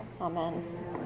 Amen